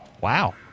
Wow